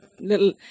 little